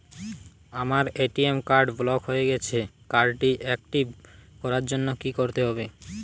আমার ATM card block হয়ে গেছে কার্ড টি একটিভ করার জন্যে কি করতে হবে?